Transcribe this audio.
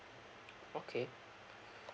okay